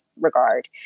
regard